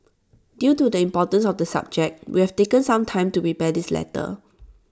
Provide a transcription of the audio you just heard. due to the importance of the subject we have taken some time to prepare this letter